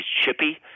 chippy